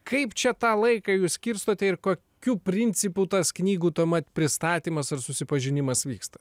kaip čia tą laiką jūs skirstote ir kokių principų tas knygų tuomet pristatymas ir susipažinimas vyksta